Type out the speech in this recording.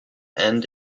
end